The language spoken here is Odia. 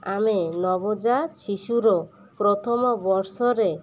ଆମେ ନବଜାତ ଶିଶୁର ପ୍ରଥମ ବର୍ଷରେ